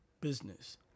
business